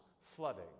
flooding